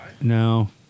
No